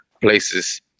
places